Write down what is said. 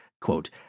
quote